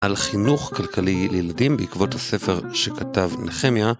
על חינוך כלכלי לילדים בעקבות הספר שכתב נחמיה